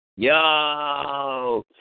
Yo